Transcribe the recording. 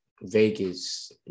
Vegas